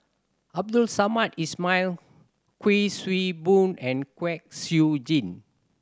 Abdul Samad Ismail Kuik Swee Boon and Kwek Siew Jin